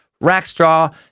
Rackstraw